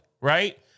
right